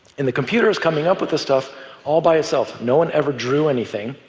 and the computer's coming up with this stuff all by itself no one ever drew anything,